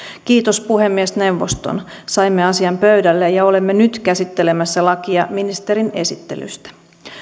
kiitos puhemiesneuvoston saimme asian pöydälle ja olemme nyt käsittelemässä lakia ministerin esittelystä